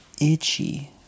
itchy